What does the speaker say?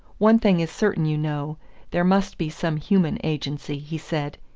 one thing is certain, you know there must be some human agency, he said.